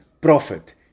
Prophet